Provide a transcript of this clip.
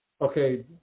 okay